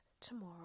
tomorrow